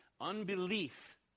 unbelief